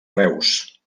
reus